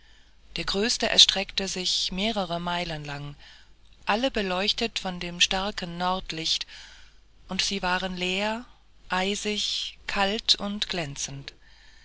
der größte erstreckte sich mehrere meilen lang alle beleuchtet von dem starken nordlicht und sie waren leer eisig kalt und glänzend